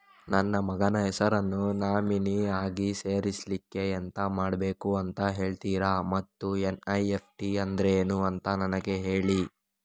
ನನ್ನ ಮಗನ ಹೆಸರನ್ನು ನಾಮಿನಿ ಆಗಿ ಸೇರಿಸ್ಲಿಕ್ಕೆ ಎಂತ ಮಾಡಬೇಕು ಅಂತ ಹೇಳ್ತೀರಾ ಮತ್ತು ಎನ್.ಇ.ಎಫ್.ಟಿ ಅಂದ್ರೇನು ಅಂತ ನನಗೆ ಹೇಳಿ